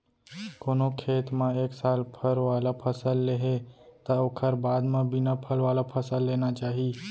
कोनो खेत म एक साल फर वाला फसल ले हे त ओखर बाद म बिना फल वाला फसल लेना चाही